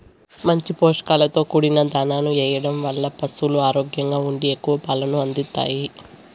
మంచి పోషకాలతో కూడిన దాణాను ఎయ్యడం వల్ల పసులు ఆరోగ్యంగా ఉండి ఎక్కువ పాలను అందిత్తాయి